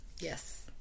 yes